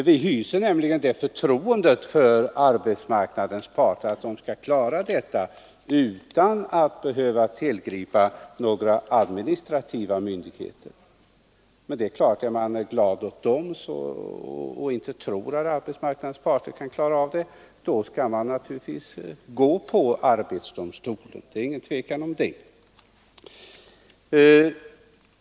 Vi hyser alltså det förtroendet för arbetsmarknadens parter att vi vill låta dem söka klara detta utan att behöva tillgripa hjälp av några administrativa myndigheter. Men är man glad åt administrativa myndigheter och tror man inte att arbetsmarknadens parter kan klara av problemen, då skall man naturligtvis gå på linjen med arbetsdomstolen. Det är ingen tvekan om den saken.